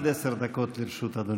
עד עשר דקות לרשות אדוני.